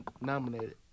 nominated